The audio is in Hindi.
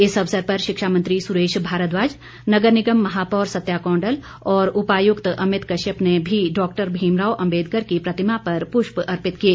इस अवसर पर शिक्षा मंत्री सुरेश भारद्वाज नगर निगम महापौर सत्या कौंडल और उपायुक्त अमित कश्यप ने भी डॉक्टर भीमराव अंबेदकर की प्रतिमा पर पुष्प अर्पित किए